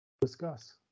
Discuss